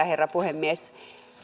herra puhemies